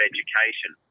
Education